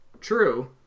True